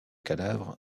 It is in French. cadavre